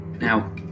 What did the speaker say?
Now